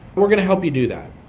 we're going to help you do that.